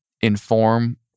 inform